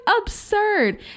absurd